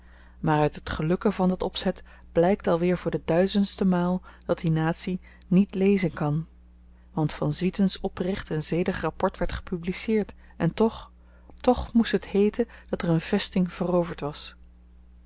maar uit het gelukken van dat opzet blykt alweer voor de duizendste maal dat die natie niet lezen kan want van swieten's oprecht en zedig rapport werd gepubliceerd en toch tch moest het heten dat er n vesting veroverd was